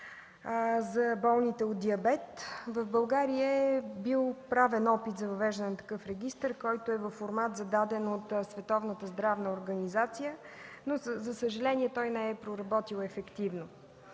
за болните от диабет. В България е бил правен опит за въвеждане на такъв регистър, който е във формат, зададен от Световната здравна организация, но за съжаление той не е проработил ефективно.